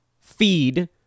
feed